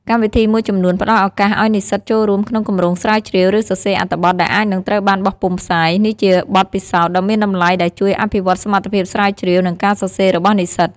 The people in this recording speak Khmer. កម្មវិធីមួយចំនួនផ្តល់ឱកាសឱ្យនិស្សិតចូលរួមក្នុង គម្រោងស្រាវជ្រាវ ឬ សរសេរអត្ថបទ ដែលអាចនឹងត្រូវបានបោះពុម្ពផ្សាយ នេះជាបទពិសោធន៍ដ៏មានតម្លៃដែលជួយអភិវឌ្ឍសមត្ថភាពស្រាវជ្រាវ និងការសរសេររបស់និស្សិត។